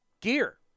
Gear